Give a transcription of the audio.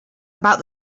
about